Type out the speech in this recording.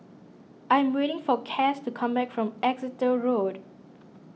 I am waiting for Cass to come back from Exeter Road